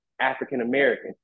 African-American